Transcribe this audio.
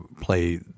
play